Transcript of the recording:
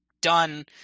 done